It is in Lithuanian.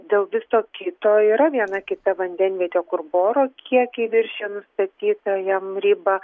dėl viso kito yra viena kita vandenvietė kur boro kiekiai viršija nustatytąją ribą